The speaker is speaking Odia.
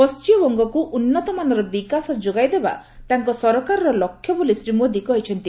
ପଣ୍ଠିମବଙ୍ଗକୁ ଉନ୍ନତମାନର ବିକାଶ ଯୋଗାଇ ଦେବା ତାଙ୍କ ସରକାରର ଲକ୍ଷ୍ୟ ବୋଲି ଶ୍ରୀ ମୋଦି କହିଛନ୍ତି